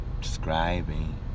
describing